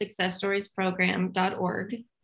successstoriesprogram.org